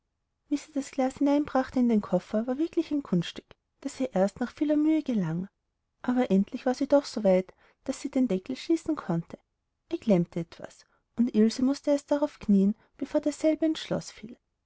sie das glas hineinbrachte in den koffer war wirklich ein kunststück das ihr erst nach vieler mühe gelang aber endlich war sie doch so weit daß sie den deckel schließen konnte er klemmte etwas und ilse mußte sich erst darauf knieen bevor derselbe ins schloß fiel